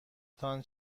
تان